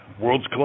worlds